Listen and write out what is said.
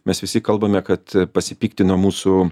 mes visi kalbame kad pasipiktino mūsų